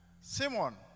Simon